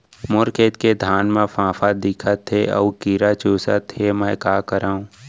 मोर खेत के धान मा फ़ांफां दिखत हे अऊ कीरा चुसत हे मैं का करंव?